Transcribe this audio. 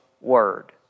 word